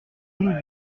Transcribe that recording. rue